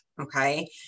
Okay